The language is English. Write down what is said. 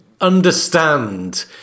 understand